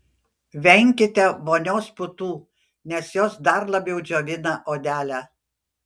venkite vonios putų nes jos dar labiau džiovina odelę